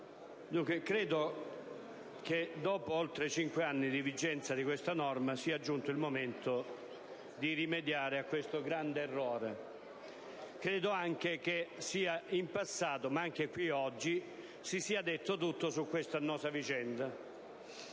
colleghi, credo che, dopo oltre cinque anni di vigenza di questa norma, sia giunto il momento di rimediare a questo grande errore. Credo che in passato, e anche qui oggi, si sia già detto tutto su questa annosa vicenda: